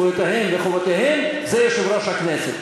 זכויותיהם וחובותיהם זה יושב-ראש הכנסת.